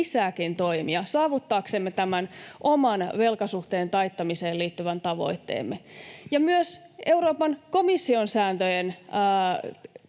lisääkin toimia saavuttaaksemme tämän oman velkasuhteen taittamiseen liittyvän tavoitteemme. Ja myös Euroopan komission sääntöjen